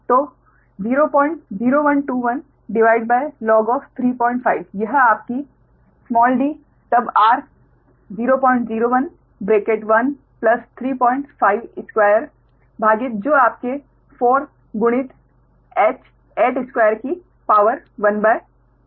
तो 00121log 35 यह आपकी d तब r 001 ब्रैकेट 1 प्लस 352 भागित जो आपके 4 गुणित h 8 स्कवेर की पावर ½ है